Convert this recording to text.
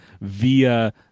via